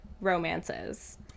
romances